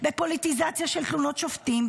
הפוליטיזציה של תלונות שופטים,